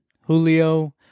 Julio